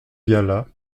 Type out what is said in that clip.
viala